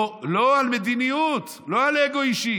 לא, למה, לא, על מדיניות, לא על אגו אישי.